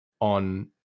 on